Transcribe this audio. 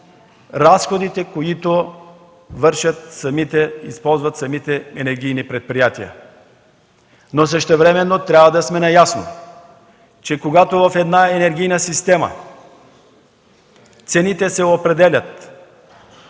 разходите, които вършат самите енергийни предприятия. Същевременно трябва да сме наясно, че когато в една енергийна система цените се определят